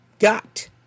Got